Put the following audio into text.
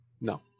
No